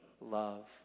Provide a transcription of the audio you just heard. love